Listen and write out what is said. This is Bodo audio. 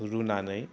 रुनानै